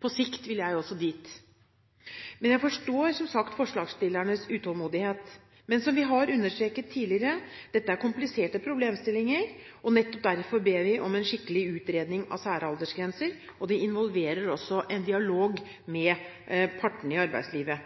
På sikt vil jeg også dit. Jeg forstår som sagt forslagsstillernes utålmodighet, men som vi har understreket tidligere – dette er kompliserte problemstillinger, og nettopp derfor ber vi om en skikkelig utredning av særaldersgrenser, og det involverer også en dialog med partene i arbeidslivet.